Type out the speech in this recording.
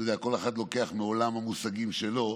אתה יודע, כל אחד לוקח מעולם המושגים שלו,